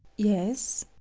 yes!